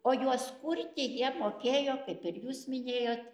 o juos kurti jie mokėjo kaip ir jūs minėjot